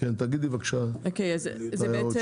תגידי בבקשה את ההערות.